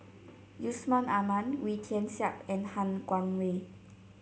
Yusman Aman Wee Tian Siak and Han Guangwei